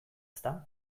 ezta